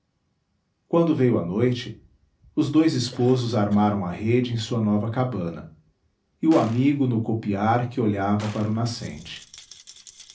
quando veio a noite os dois esposos armaram a rede em sua nova cabana e o amigo no copiar que olhava para o nascente